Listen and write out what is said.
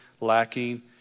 lacking